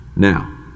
Now